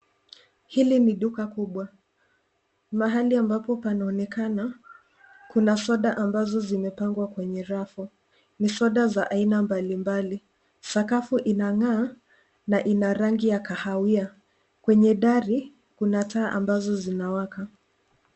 Hili ni duka kubwa mahali ambapo panaonekana kuna soda ambazo zimepangwa kwenye rafu. Ni soda za aina mbalimbali. Sakafu inang'aa na ina rangi ya kahawia. Kwenye dari kuna taa ambazo zinawaka.